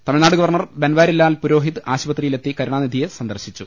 Tamil Nadu governor Banwarilal Purohit ആശുപത്രിയിലെത്തി കരുണാനി ധിയെ സന്ദർശിച്ചു